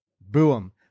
boom